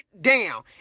down